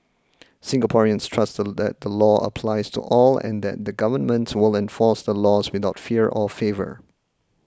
Singaporeans trust that the law applies to all and that the government will enforce the laws without fear or favour